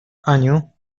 aniu